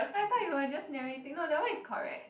I thought you were just narrating no that one is correct